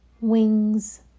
wings